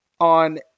on